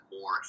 more